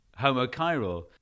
homochiral